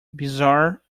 bizarre